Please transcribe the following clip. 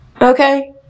Okay